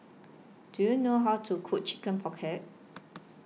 Do YOU know How to Cook Chicken Pocket